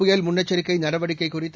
புயல் முன்னெச்சரிக்கைநடவடிக்கைகுறித்து